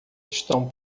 estão